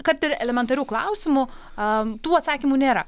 kad ir elementarių klausimų a tų atsakymų nėra